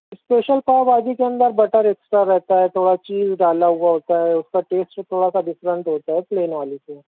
special pav bhaji کے اندر butter extra رہتا ہے تھوڑا چیز ڈالا ہُوا ہوتا ہے اُس کا ٹیسٹ تھوڑا سا ڈفرینٹ ہوتا ہے پلین والی سے